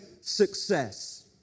success